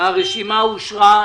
הצבעה הרשימה אושרה.